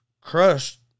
crushed